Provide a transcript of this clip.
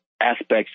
aspects